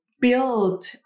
build